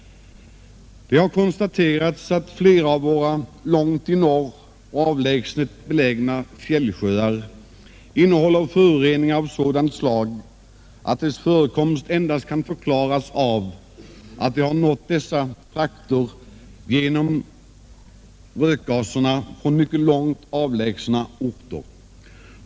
Det har konstaterats att flera av våra långt i norr avlägset belägna fjällsjöar innehåller föroreningar av sådant slag att deras förekomst endast kan förklaras av att de har nått dessa trakter genom rökgaser från mycket långt avlägsna orter.